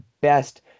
best